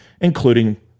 including